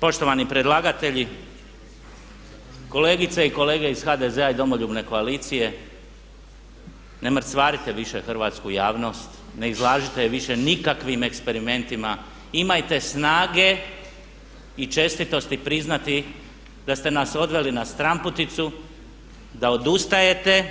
Poštovani predlagatelji, kolegice i kolege iz HDZ-a i Domoljubne koalicije ne mrcvarite više hrvatsku javnost, ne izlažite je više nikakvim eksperimentima, imajte snage i čestitosti priznati da ste nas odveli na stranputicu, da odustajete,